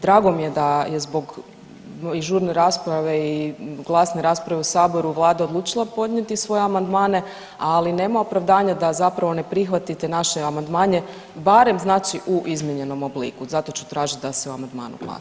Drago mi je da je zbog i žurne rasprave i glasne rasprave u saboru vlada odlučila podnijeti svoje amandmane, ali nema opravdanja da zapravo ne prihvatite naše amandmane barem znači u izmijenjenom obliku zato ću tražit da se o amandmanu glasa.